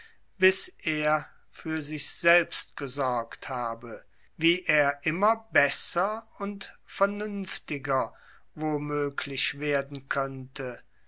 bis er für sich selbst gesorgt habe wie er immer besser und vernünftiger womöglich werden könnte